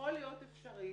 שיכול להיות אפשרי